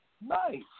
Nice